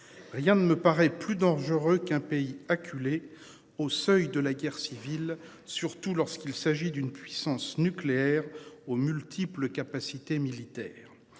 Rien ne me paraît plus dangereux qu'un pays acculé au seuil de la guerre civile. Surtout lorsqu'il s'agit d'une puissance nucléaire aux multiples capacités militaires